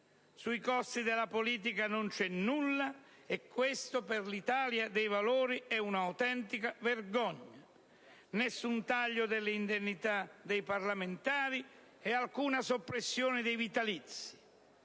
Sui costi della politica non c'è nulla, e questa per l'Italia dei Valori è un'autentica vergogna. Nessun taglio delle indennità dei parlamentari e nessuna soppressione dei vitalizi;